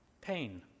pain